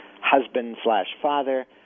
husband-slash-father